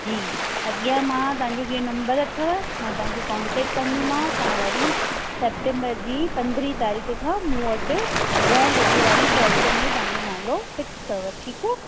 जी अॻियां मां तव्हांजो जीअं नंबर अथव मां तव्हांजे कॉन्टैक्ट कंदीमाव तव्हां वरी सैप्टेंबर जी पंद्रहीं तारीख़ खां मूं वटि ॾह लॻे वारी बैच में तव्हांजो नालो फिक्स अथव ठीकु आहे